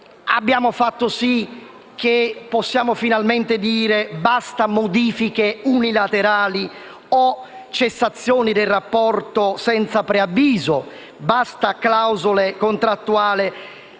abbiamo fatto sì che si possa finalmente dire basta alle modifiche unilaterali o alle cessazioni del rapporto senza preavviso e basta alle clausole contrattuali